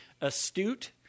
astute